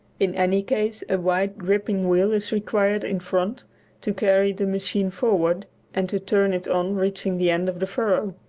in any case a wide, gripping wheel is required in front to carry the machine forward and to turn it on reaching the end of the furrow.